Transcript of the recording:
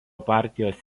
partijos